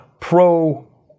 Pro